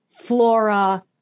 flora